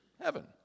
heaven